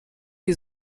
die